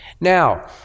Now